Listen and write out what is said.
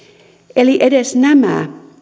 eli edes nämä